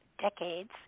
decades